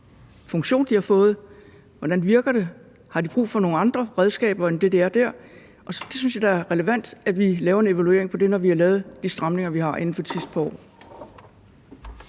funktion, de har fået, hvordan det virker, og om de har brug for nogle andre redskaber end dem, der er dér. Det synes jeg da er relevant at vi laver en evaluering af, når vi har lavet de stramninger, vi har, inden for de sidste par år.